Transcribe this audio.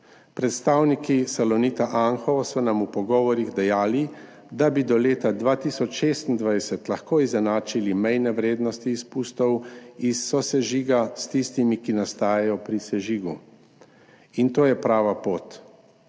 Predstavniki Salonita Anhovo so nam v pogovorih dejali, da bi do leta 2026 lahko izenačili mejne vrednosti izpustov iz sosežiga s tistimi, ki nastajajo pri sežigu, in to je prava pot.